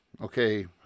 Okay